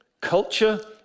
Culture